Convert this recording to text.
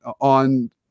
on